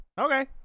okay